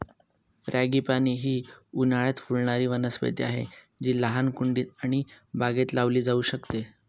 frangipani ही उन्हाळयात फुलणारी वनस्पती आहे जी लहान कुंडीत आणि बागेत लावली जाऊ शकते